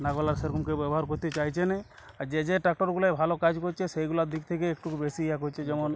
লাঙ্গল আর সেরকম কেউ ব্যবহার করতে চাইছে না আর যে যে ট্রাক্টরগুলায় ভালো কাজ করছে সেইগুলার দিক থেকে একটু বেশি ইয়া করছে যেমন